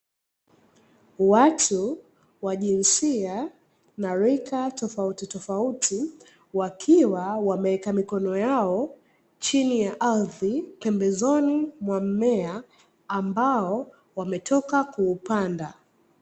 Watu wa jinsia na rika tofautitofauti, wakiwa wameweka mikono yao chini ya ardhi pembezoni mwa mmea ambao wametoka kuupanda.